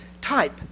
type